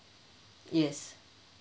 yes